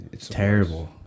terrible